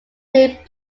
made